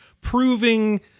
proving